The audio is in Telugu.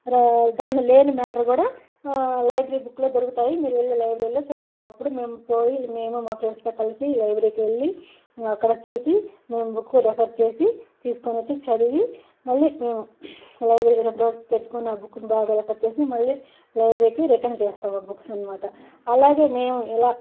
దాంట్లో లేని మ్యాటర్ కూడా లైబ్రరీ బుక్లో దొరుకుతాయి మీరు వెళ్ళి లైబ్రరీలో చూడండి అప్పుడు మేము పోయి మేము మా ఫ్రెండ్స్ కలిసి లైబ్రరీకి వెళ్ళి అక్కడ చూసి మేము బుక్ రెఫర్ చేసి తీసుకొని వచ్చి చదివి మళ్ళీ మేము లైబ్రరీ రెండు రోజులు పెట్టుకొని ఆ బుక్ను బాగా రెఫర్ చేసి మళ్ళీ లైబ్రరీకి రిటన్ చేస్తాము ఆ బుక్స్ అన్నమాట అలాగే మేము ఇలా